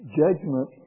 judgment